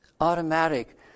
automatic